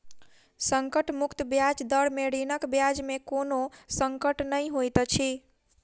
संकट मुक्त ब्याज दर में ऋणक ब्याज में कोनो संकट नै होइत अछि